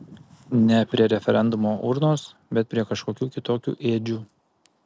ne prie referendumo urnos bet prie kažkokių kitokių ėdžių